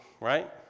right